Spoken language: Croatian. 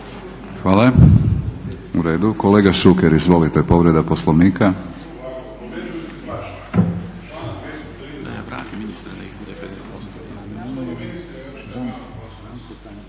Hvala. Kolega Šuker izvolite, povreda Poslovnika.